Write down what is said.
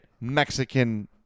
Mexican